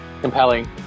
Compelling